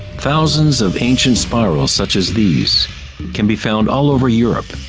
thousands of ancient spirals such as these can be found all over europe,